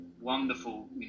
wonderful